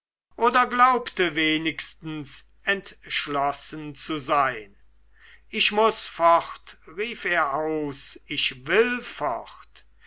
oder glaubte wenigstens entschlossen zu sein ich muß fort rief er aus ich will fort